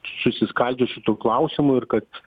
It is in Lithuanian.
susiskaldžius šitu klausimu ir kad